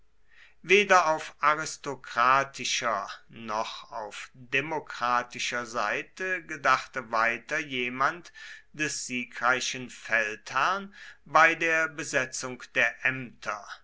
weder auf aristokratischer noch auf demokratischer seite gedachte weiter jemand des siegreichen feldherrn bei der besetzung der ämter